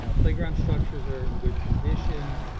ah playground structures are in good condition,